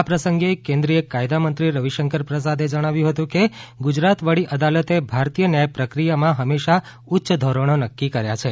આ પ્રસંગે કેન્દ્રિય કાયદામંત્રી રવિશંકર પ્રસાદે જણાવ્યું હતું કે ગુજરાત વડી અદાલતે ભારતીય ન્યાય પ્રક્રિયામાં હંમેશા ઉચ્ચ ધોરણો નક્કી કર્યા છે